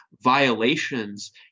violations